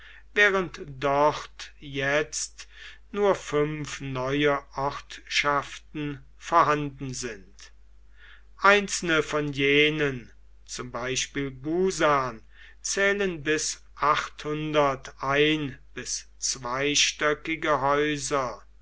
während dort jetzt nur fünf neue ortschaften vorhanden sind einzelne von jenen zum beispiel bsn zählen bis bis zweistöckige häuser